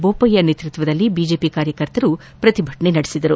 ಬೋಪಯ್ಯ ನೇತೃತ್ವದಲ್ಲಿ ಬಿಜೆಪಿ ಕಾರ್ಯಕರ್ತರು ಪ್ರತಿಭಟನೆ ನಡೆಸಿದರು